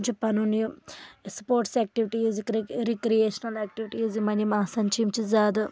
یِم چھِ پَنُن یہِ سپورٹس ایکٹیوٹیز رکریشنل ایٚکٹیوٹیٖز یِمن یِم آسان چھِ یِم چھِ زیادٕ